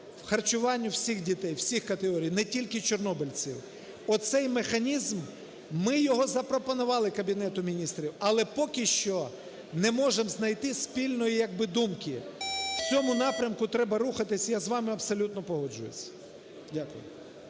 харчуванню всіх дітей, всіх категорій, не тільки чорнобильців. Оцей механізм, ми його запропонували Кабінету Міністрів, але поки що не можемо знайти спільної якби думки. В цьому напрямку треба рухатися, я з вами абсолютно погоджуюся. Дякую.